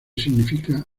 significa